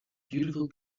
beautiful